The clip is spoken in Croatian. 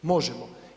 Možemo.